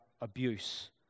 abuse